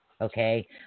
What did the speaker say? Okay